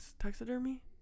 taxidermy